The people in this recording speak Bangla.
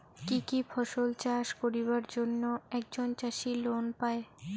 কি কি ফসল চাষ করিবার জন্যে একজন চাষী লোন পায়?